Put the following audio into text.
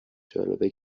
جالبه